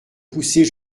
pousser